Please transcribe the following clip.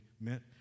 meant